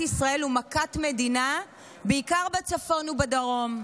ישראל הוא מכת מדינה בעיקר בצפון ובדרום.